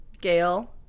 Gail